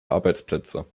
arbeitsplätze